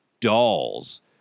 Dolls